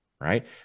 Right